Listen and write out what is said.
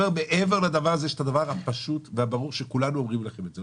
מעבר לזה הזה יש את הדבר הפשוט והברור שכולנו אומרים לכם את זה.